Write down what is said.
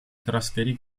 trasferì